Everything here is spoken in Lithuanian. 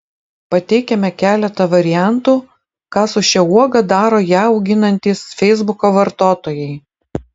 pateikiame keletą variantų ką su šia uoga daro ją auginantys feisbuko vartotojai